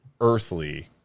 earthly